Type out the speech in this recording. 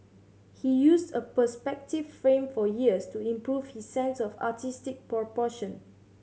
he used a perspective frame for years to improve his sense of artistic proportion